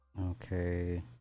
Okay